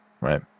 right